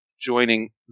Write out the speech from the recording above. joining